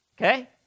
Okay